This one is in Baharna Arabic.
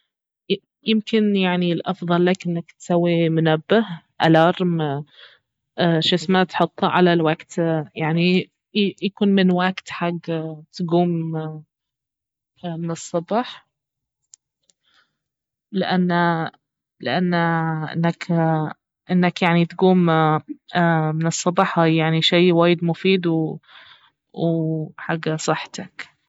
يمكن يعني الأفضل لك انك تسوي منبه الارم شسمه تحطه على الوقت يعني ي- يكون من وقت حق تقوم من الصبح لانه لانه انك انك يعني تقوم من الصبح هاي يعني شي وايد مفيد و- حق صحتك